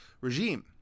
regime